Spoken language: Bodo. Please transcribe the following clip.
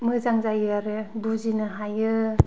मोजां जायो आरो बुजिनो हायो